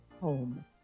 home